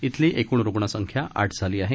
इथली एकृण रुण संख्या आठ झाली आहे